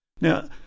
Now